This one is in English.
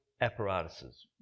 apparatuses